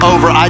Over